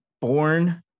born